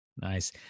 Nice